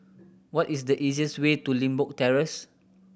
what is the easiest way to Limbok Terrace